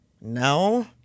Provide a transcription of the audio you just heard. No